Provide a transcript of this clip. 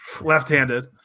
Left-handed